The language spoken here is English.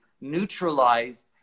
neutralize